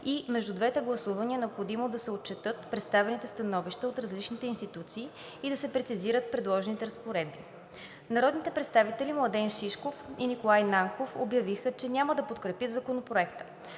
и между двете гласувания е необходимо да се отчетат представените становища от различните институции и да се прецизират предложените разпоредби. Народните представители Младен Шишков и Николай Нанков обявиха, че няма да подкрепят Законопроекта.